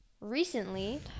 Recently